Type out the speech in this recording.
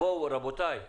רבותיי,